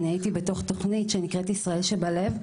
אני הייתי בתוך תוכנית שנקראת ישראל שבלב,